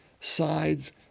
sides